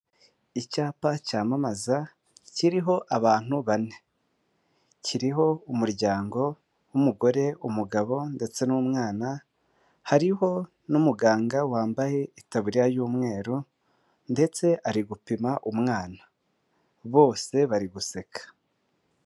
Icyapa cyamamaza kiriho abantu bane, kiriho umuryango w'umugore, umugabo, ndetse n'umwana, hariho n'umuganga wambaye itaburiya y'umweru ndetse ari gupima umwana bose bari guseka.